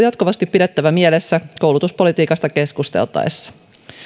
jatkuvasti pidettävä mielessä koulutuspolitiikasta keskusteltaessa